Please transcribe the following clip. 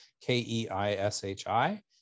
K-E-I-S-H-I